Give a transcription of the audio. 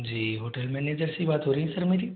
जी hotel manager से ही बात हो रही है सर मेरी